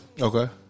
Okay